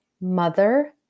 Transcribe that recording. mother